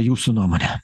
jūsų nuomone